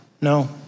no